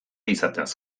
izateaz